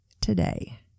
today